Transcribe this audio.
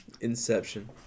Inception